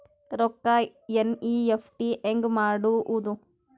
ರೊಕ್ಕ ಎನ್.ಇ.ಎಫ್.ಟಿ ಹ್ಯಾಂಗ್ ಮಾಡುವುದು?